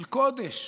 של קודש,